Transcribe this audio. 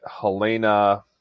Helena